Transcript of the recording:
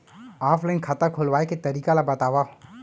Offline खाता खोलवाय के तरीका ल बतावव?